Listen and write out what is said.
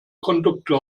conductor